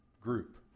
group